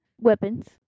weapons